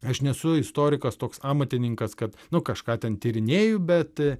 aš nesu istorikas toks amatininkas kad nu kažką ten tyrinėju bet